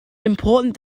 important